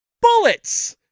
bullets